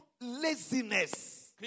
laziness